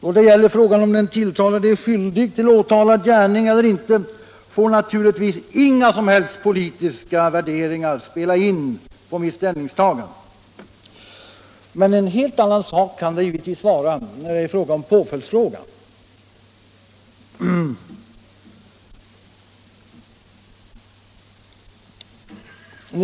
Då det gäller frågan om den tilltalade är skyldig till åtalad gärning eller inte får naturligtvis inga politiska värderingar spela in på mitt ställningstagande. En helt annan sak kan det givetvis vara när det gäller påföljdsfrågan.